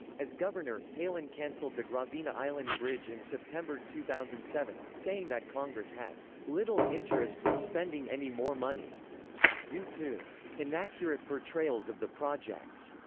as governor, palin canceled the gravina island bridge in september two thousand and seven, saying that congress had little interest in spending any more money due to inaccurate portrayals of the projects.